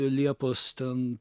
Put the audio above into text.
liepos ten